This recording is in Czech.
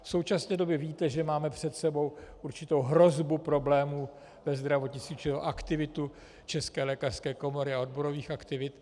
V současné době víte, že máme před sebou určitou hrozbu problémů ve zdravotnictví, jde o aktivitu České lékařské komory a odborových aktivit.